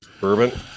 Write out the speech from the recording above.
bourbon